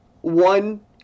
one